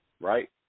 Right